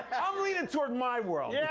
um i'm leaning toward my world, yeah